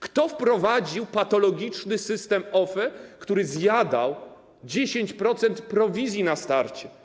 Kto wprowadził patologiczny system OFE, który zjadał 10% prowizji na starcie.